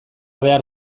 behar